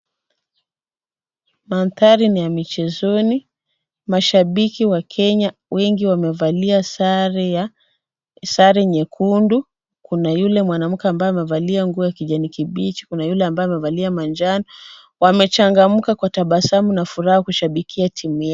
Mandhari ni ya michezoni. Mashabiki wa Kenya wengi wamevalia sare nyekundu. Kuna yule mwanamke ambaye amevalia nguo ya kijani kibichi, kuna yule amevalia manjano. Wamechangamka kwa tabasamu na furaha kushabikia timu yao.